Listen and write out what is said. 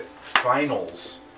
finals